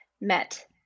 met